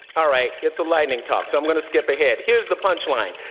alright, it's a lightning talk so i'm gonna skip ahead, here's the punchline.